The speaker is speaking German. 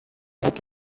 hat